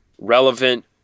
Relevant